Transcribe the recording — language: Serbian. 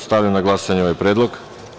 Stavljam na glasanje ovaj predlog.